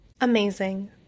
Amazing